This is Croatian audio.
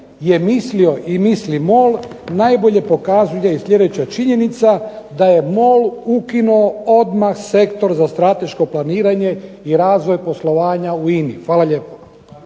je mislio i misli MOL najbolje pokazuje i sljedeća činjenica da je MOL ukinuo odmah sektor za strateško planiranje i razvoj poslovanja u INA-i. Hvala lijepo.